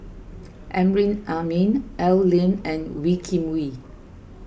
Amrin Amin Al Lim and Wee Kim Wee